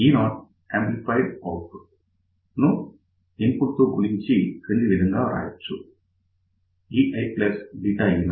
eo amplified output ను input తో గుణించి క్రింది విధంగా రాయవచ్చు eie0